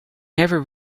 never